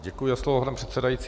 Děkuji za slovo, pane předsedající.